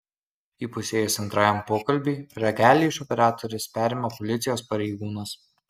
įpusėjus antrajam pokalbiui ragelį iš operatorės perima policijos pareigūnas